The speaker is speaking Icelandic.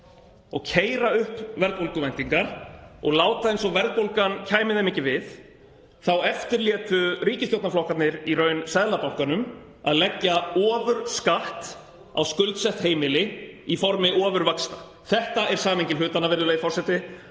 og keyra upp verðbólguvæntingar og láta eins og verðbólgan kæmi þeim ekki við þá eftirlétu ríkisstjórnarflokkarnir í raun Seðlabankanum að leggja ofurskatt á skuldsett heimili í formi ofurvaxta. Þetta er samhengi hlutanna, virðulegi forseti,